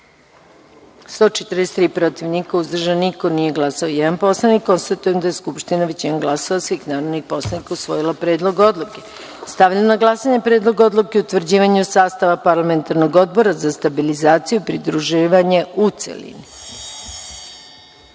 143, protiv – niko, uzdržanih nema, nije glasao jedan poslanik. Konstatujem da je Skupština većinom glasova svih narodnih poslanika usvojila Predlog odluke. Stavljam na glasanje Predlog odluke o utvrđivanju sastava Parlamentarnog odbora za stabilizaciju i pridruživanje, u